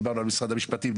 דיברנו על משרד המשפטים,